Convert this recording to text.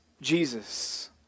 Jesus